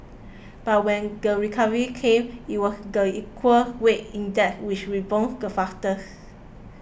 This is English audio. but when the recovery came it was the equal weighted index which rebounded the fastest